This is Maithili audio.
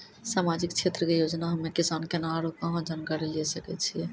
समाजिक क्षेत्र के योजना हम्मे किसान केना आरू कहाँ जानकारी लिये सकय छियै?